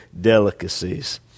delicacies